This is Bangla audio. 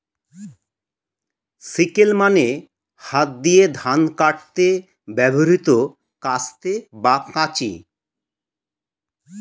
সিকেল মানে হাত দিয়ে ধান কাটতে ব্যবহৃত কাস্তে বা কাঁচি